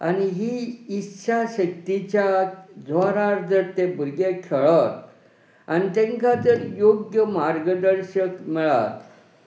आनी ही इत्सा शक्तीच्या जोरार जर ते भुरगे खेळत आनी तांकां तर योग्य मार्गदर्शक मेळत